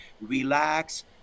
relax